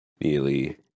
nearly